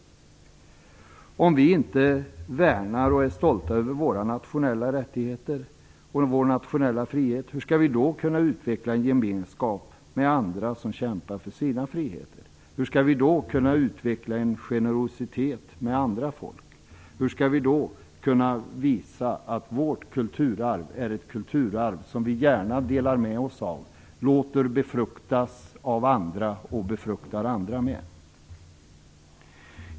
Om vi inte värnar och är stolta över våra nationella rättigheter och vår nationella frihet, hur skall vi då kunna utveckla en gemenskap med andra som kämpar för sina friheter? Hur skall vi då kunna utveckla en generositet mot andra folk? Hur skall vi då kunna visa att vi gärna delar med oss av vårt kulturarv och gärna låter det befruktas av, och befrukta, andra?